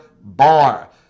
bar